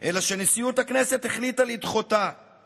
נאלצו להתפנות בעקבות הטבח תוך הוצאות כספיות